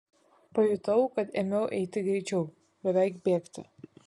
pajutau kad ėmiau eiti greičiau beveik bėgti